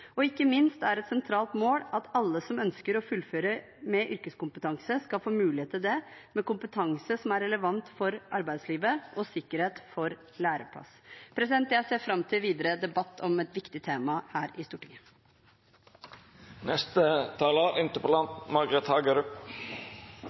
Ikke minst er et sentralt mål at alle som ønsker å fullføre med yrkeskompetanse, skal få mulighet til det, med kompetanse som er relevant for arbeidslivet, og sikkerhet for læreplass. Jeg ser fram til videre debatt om et viktig tema her i